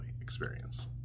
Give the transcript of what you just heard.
experience